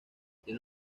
tiene